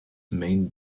main